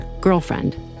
girlfriend